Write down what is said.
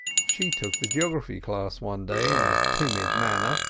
she took the geography class one day in a timid manner,